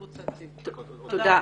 תודה.